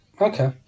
Okay